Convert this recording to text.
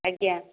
ଆଜ୍ଞା